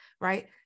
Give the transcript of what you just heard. right